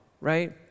right